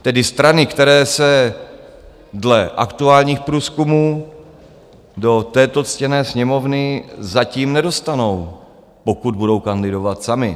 Tedy strany, které se dle aktuálních průzkumů do této ctěné Sněmovny zatím nedostanou, pokud budou kandidovat samy.